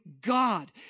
God